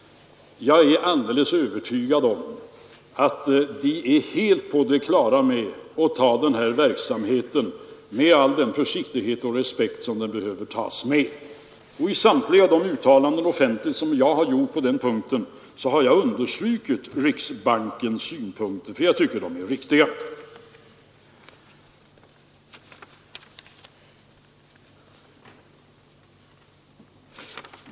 Jag är alldeles övertygad om att den är helt på det klara med att handha den här verksamheten med all den försiktighet och respekt som behövs. I samtliga de offentliga uttalanden som jag har gjort på den punkten har jag understrukit riksbankens synpunkter, för jag tycker att de är riktiga.